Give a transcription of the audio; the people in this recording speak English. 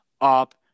up